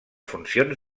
funcions